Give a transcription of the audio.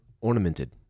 ornamented